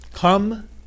Come